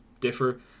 differ